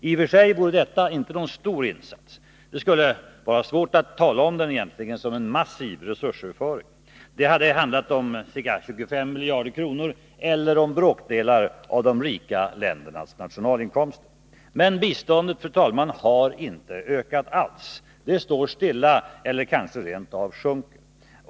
I och för sig vore detta inte någon stor insats. Det skulle vara svårt att tala om den som en massiv resursöverföring. Det hade handlat om ca 25 miljarder kronor, eller om bråkdelar av de rika ländernas nationalinkomster. Men biståndet har inte ökat alls. Det står stilla eller sjunker kanske rent av.